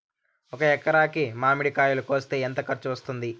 ఒక ఎకరాకి మామిడి కాయలు కోసేకి ఎంత ఖర్చు వస్తుంది?